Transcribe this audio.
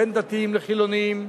בין דתיים לחילונים,